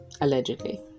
allegedly